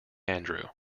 andrew